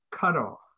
cutoff